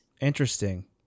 Interesting